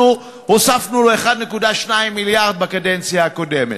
הוספנו לו 1.2 מיליארד בקדנציה הקודמת,